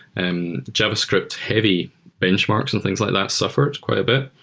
and javascript-heavy benchmarks and things like that suffered quite a bit,